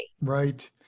Right